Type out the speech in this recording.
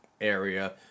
Area